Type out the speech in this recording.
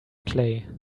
clay